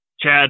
Chad